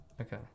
Okay